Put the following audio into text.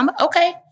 okay